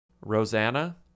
Rosanna